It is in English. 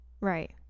Right